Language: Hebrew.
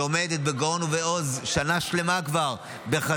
שעומדת בגאון ובעוז כבר שנה שלמה בחזית